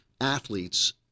athletes